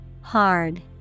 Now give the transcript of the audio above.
Hard